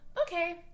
okay